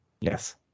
Yes